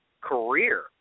career